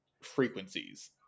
frequencies